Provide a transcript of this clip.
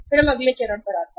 फिर हम अगले चरण पर जाते हैं